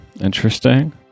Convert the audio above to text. interesting